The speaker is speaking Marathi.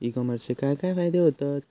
ई कॉमर्सचे काय काय फायदे होतत?